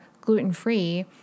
gluten-free